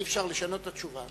אי-אפשר לשנות את התשובה.